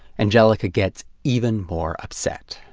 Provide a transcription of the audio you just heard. angelica gets even more upset.